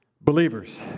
Believers